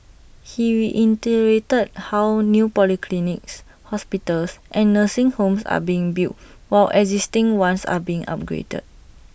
he reiterated how new polyclinics hospitals and nursing homes are being built while existing ones are being upgraded